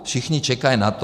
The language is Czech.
Všichni čekají na to.